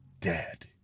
dead